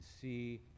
see